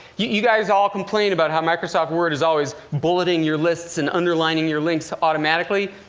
you guys all complain about how microsoft word is always bulleting your lists and underlining your links automatically.